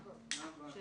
7